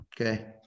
Okay